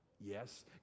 Yes